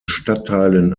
stadtteilen